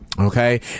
Okay